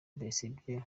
besigye